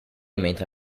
mentre